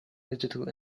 digital